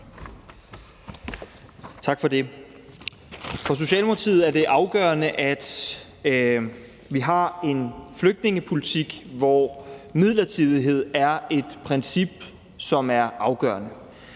Tak for det. For Socialdemokratiet er det afgørende, at vi har en flygtningepolitik, hvor midlertidighed er et princip, som er afgørende.